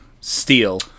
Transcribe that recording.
steel